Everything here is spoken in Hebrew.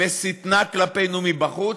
ושטנה כלפינו מבחוץ,